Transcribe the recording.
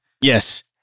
Yes